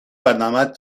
برنامهت